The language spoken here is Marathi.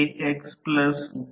तर ही समस्या एक सोपी समस्या आहे